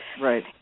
Right